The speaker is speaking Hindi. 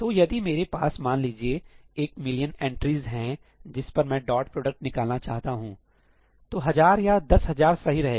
तो यदि मेरे पास मान लीजिए एक मिलियन एंट्रीज है जिस पर मैं डॉट प्रोडक्ट निकालना चाहता हूं तो हजार या 10000 सही रहेगा